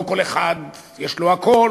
לא לכל אחד יש הכול,